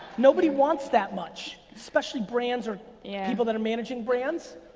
nobody wants that much, especially brands or yeah people that are managing brands.